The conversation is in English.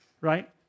Right